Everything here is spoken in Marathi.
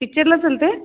पिक्चरला चलते